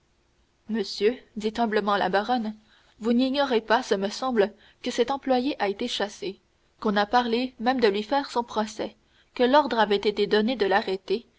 monsieur dit humblement la baronne vous n'ignorez pas ce me semble que cet employé a été chassé qu'on a parlé même de lui faire son procès que l'ordre avait été donné de l'arrêter